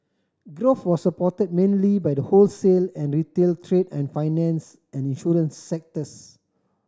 growth was supported mainly by the wholesale and retail trade and finance and insurance sectors